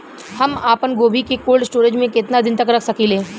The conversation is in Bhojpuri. हम आपनगोभि के कोल्ड स्टोरेजऽ में केतना दिन तक रख सकिले?